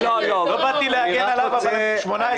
לא באתי להגן עליו, אבל הם 18 שנה סובלים.